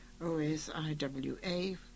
OSIWA